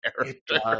character